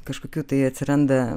kažkokių tai atsiranda